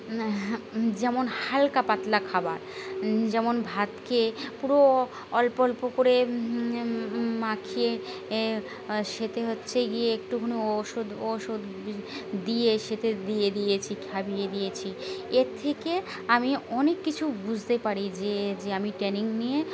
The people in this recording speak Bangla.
যেমন হালকা পাতলা খাবার যেমন ভাতকে পুরো অল্প অল্প করে মাখিয়ে সেটা হচ্ছে গিয়ে একটুখুনি ওষুধ ওষুধ দিয়ে সেটায় দিয়ে দিয়েছি খাইয়ে দিয়েছি এর থেকে আমি অনেক কিছু বুঝতে পারি যে যে আমি ট্রেনিং নিয়ে